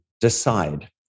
decide